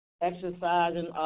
Exercising